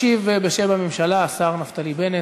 ישיב בשם הממשלה השר נפתלי בנט.